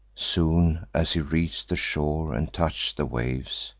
soon as he reach'd the shore and touch'd the waves,